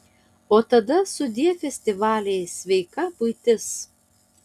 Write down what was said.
o tada sudie festivaliai sveika buitis